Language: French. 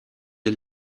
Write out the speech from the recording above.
est